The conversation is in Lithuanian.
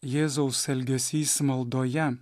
jėzaus elgesys maldoje